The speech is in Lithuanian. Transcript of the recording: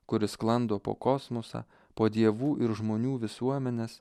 kuri sklando po kosmosą po dievų ir žmonių visuomenes